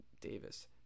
Davis